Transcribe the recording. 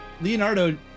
Leonardo